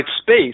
space